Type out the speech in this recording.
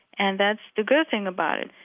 and that's the good thing about it.